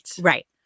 Right